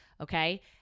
okay